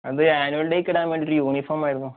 അത് ആനുവൽ ഡേയ്ക്ക് ഇടാൻവേണ്ടി ഒരു യൂണിഫോം ആയിരിന്നു